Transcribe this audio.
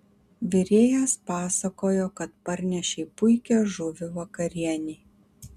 virėjas pasakojo kad parnešei puikią žuvį vakarienei